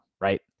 right